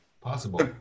Possible